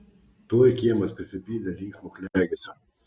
tuoj kiemas prisipildė linksmo klegesio